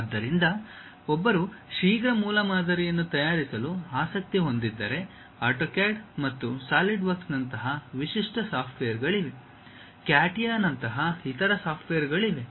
ಆದ್ದರಿಂದ ಒಬ್ಬರು ಶೀಘ್ರ ಮೂಲಮಾದರಿಯನ್ನು ತಯಾರಿಸಲು ಆಸಕ್ತಿ ಹೊಂದಿದ್ದರೆ ಆಟೋಕ್ಯಾಡ್ ಮತ್ತು ಸಾಲಿಡ್ವರ್ಕ್ಸ್ನಂತಹ ವಿಶಿಷ್ಟ ಸಾಫ್ಟ್ವೇರ್ಗಳಿವೆ CATIA ನಂತಹ ಇತರ ಸಾಫ್ಟ್ವೇರ್ಗಳಿವೆ